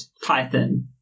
python